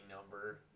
number